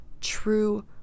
true